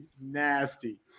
Nasty